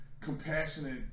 compassionate